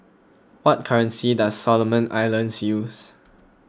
what currency does Solomon Islands use